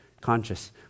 conscious